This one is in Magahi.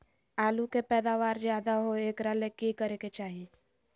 आलु के पैदावार ज्यादा होय एकरा ले की करे के चाही?